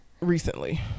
recently